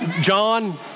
John